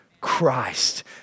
Christ